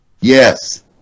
Yes